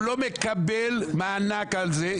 הוא לא מקבל מענק על זה.